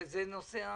זה נושא הדיון.